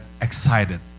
excited